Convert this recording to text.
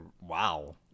Wow